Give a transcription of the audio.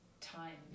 time